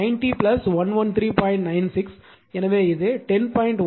96 எனவே இது 10